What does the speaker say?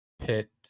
pit